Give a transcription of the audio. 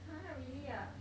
!huh! really ah